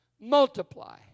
multiply